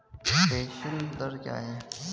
प्रेषण दर क्या है?